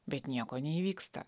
bet nieko neįvyksta